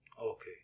Okay